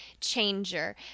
changer